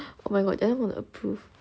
oh my god then will approve